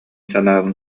санаабын